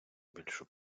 більшу